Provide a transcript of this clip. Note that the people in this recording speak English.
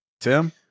Tim